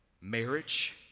marriage